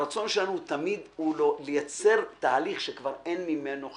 הרצון שלנו תמיד הוא לייצר תהליך שכבר אין ממנו חזרה.